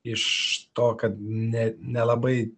iš to kad net nelabai